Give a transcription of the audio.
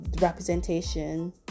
representation